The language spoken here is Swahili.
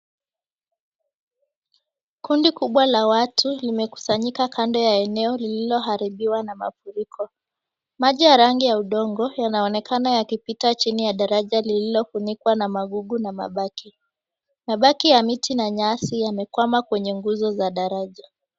Kundi kubwa la watu limekusanyika kando ya eneo lililoharibiwa na mafuriko, maji ya rangi ya udongo yanaonekana yakipita chini ya daraja lililofunikwa na magugu na mabaki. Mabaki ya miti na nyasi yamekwama kwenye nguzo za daraja.